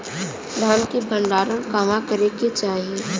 धान के भण्डारण कहवा करे के चाही?